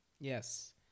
Yes